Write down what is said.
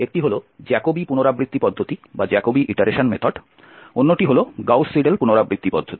একটি হল জ্যাকোবি পুনরাবৃত্তি পদ্ধতি অন্যটি হল গাউস সিডেল পুনরাবৃত্তি পদ্ধতি